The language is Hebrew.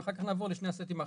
ואחר כך לעבור לשני הסטים האחרים.